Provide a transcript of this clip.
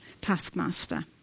taskmaster